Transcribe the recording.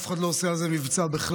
אף אחד לא עושה על זה מבצע בכלל,